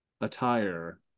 attire